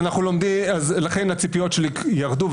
הציפיות שלי ירדו,